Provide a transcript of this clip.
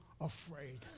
afraid